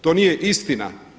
To nije istina.